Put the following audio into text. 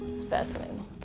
specimen